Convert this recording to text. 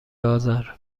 آذر